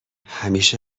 همیشه